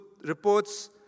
reports